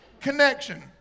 Connection